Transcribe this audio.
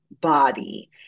body